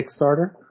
Kickstarter